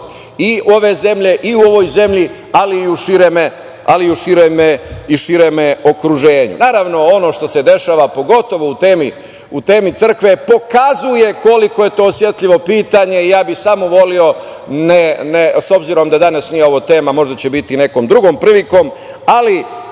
i u ovoj zemlji, ali i u širem okruženju. Naravno, ono što se dešava, pogotovo u temi crkve, pokazuje koliko je to osetljivo pitanje. Ja bih samo voleo, s obzirom da danas ovo nije tema, možda će biti nekom drugom prilikom, ali